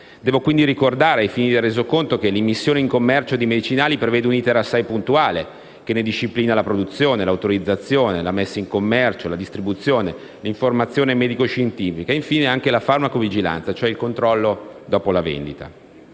Devo quindi ricordare, ai fini del Resoconto, che l'immissione in commercio di medicinali prevede un *iter* assai puntuale che ne disciplina la produzione, l'autorizzazione, la messa in commercio, la distribuzione, l'informazione medico-scientifica e infine anche la farmacovigilanza, cioè il controllo dopo la vendita.